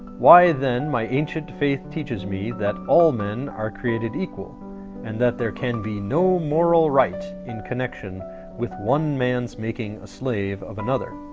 why then my ancient faith teaches me that all men are created equal and that there can be no moral right in connection with one man's making a slave of another.